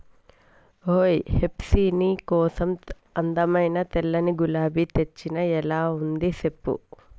ఓయ్ హెప్సీ నీ కోసం అందమైన తెల్లని గులాబీ తెచ్చిన ఎలా ఉంది సెప్పు